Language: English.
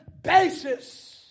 basis